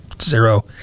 Zero